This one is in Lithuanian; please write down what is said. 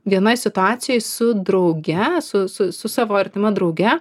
vienoj situacijoj su drauge su su su savo artima drauge